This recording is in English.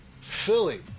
Philly